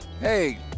Hey